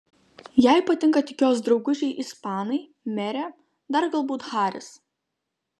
jai patinka tik jos draugužiai ispanai merė dar galbūt haris